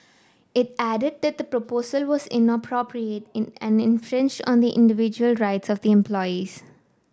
it added that the proposal was inappropriate in and infringed on the individual rights of the employees